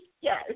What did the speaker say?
Yes